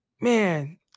man